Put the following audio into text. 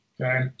okay